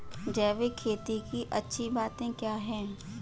जैविक खेती की अच्छी बातें क्या हैं?